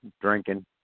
drinking